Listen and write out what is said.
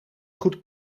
goed